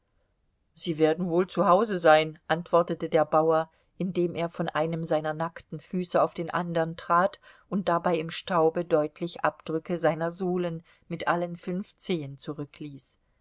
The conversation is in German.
sie werden wohl zu hause sein antwortete der bauer indem er von einem seiner nackten füße auf den andern trat und dabei im staube deutliche abdrücke seiner sohlen mit allen fünf zehen zurückließ